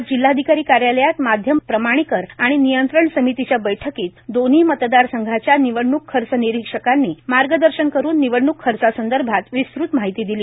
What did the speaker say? आज जिल्हाधिकारी कार्यालयात माध्यम प्रमाणीकर आणि नियंत्रण समितीच्या बैठकीत दोन्ही मतदार संघाच्या निवडणुक खर्च निरीक्षकांनी मार्गदर्षन करून निवडणूक खर्चा संदर्भात विस्तृत माहिती दिली